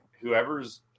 whoever's